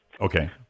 Okay